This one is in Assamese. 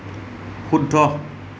শুদ্ধ